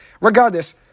regardless